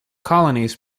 colonies